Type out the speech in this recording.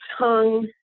tongue